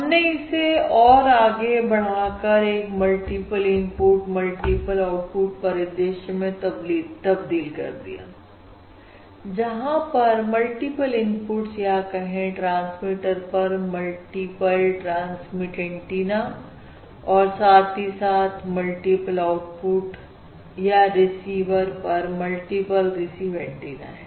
हमने इसे और आगे बढ़ाकर एक मल्टीपल इनपुट मल्टीपल आउटपुट परिदृश्य में तब्दील कर दिया जहां पर मल्टीपल इनपुट्स या कहें ट्रांसमीटर पर मल्टीपल ट्रांसमिट एंटीना है और साथ ही साथ मल्टीपल आउटपुट या रिसीवर पर मल्टीपल रिसीव एंटीना है